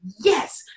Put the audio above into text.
yes